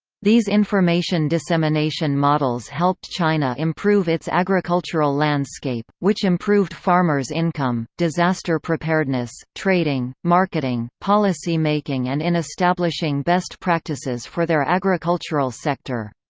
these information dissemination models helped china improve its agricultural landscape, which improved farmers' income, disaster preparedness, trading, marketing, policy-making and in establishing best practices for their agricultural sector.